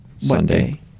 Sunday